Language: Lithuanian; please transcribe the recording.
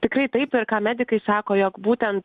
tikrai taip ir ką medikai sako jog būtent